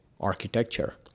architecture